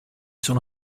sono